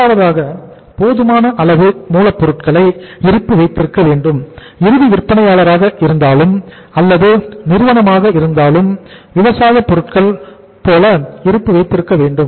இரண்டாவதாக போதுமான அளவு மூலப்பொருட்களை இருப்பு வைத்திருக்க வேண்டும் இறுதி விற்பனையாளராக இருந்தாலும் அல்லது நிறுவனமாக இருந்தாலும் விவசாய பொருட்கள் போல இருப்பு வைத்திருக்க வேண்டும்